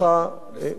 לשמחתו.